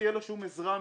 השנים